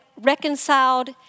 reconciled